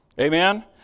Amen